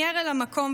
מיהר אל המקום,